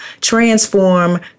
transform